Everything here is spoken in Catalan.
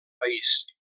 país